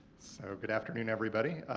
so, good afternoon, everybody.